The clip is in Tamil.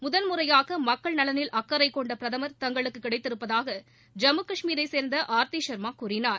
முதன்முறையாக மக்கள் நலனில் அக்கறை கொண்ட பிரதமா் தங்களுக்கு கிடைத்திருப்பதாக ஜம்மு காஷ்மீரை சேர்ந்த ஆர்த்தி ஷா்மா கூறினார்